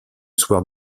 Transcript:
soir